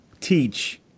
teach